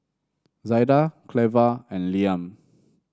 Zaida Cleva and Liam